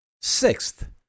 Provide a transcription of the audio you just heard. Sixth